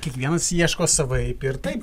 kiekvienas ieško savaip ir taip